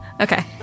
okay